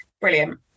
Brilliant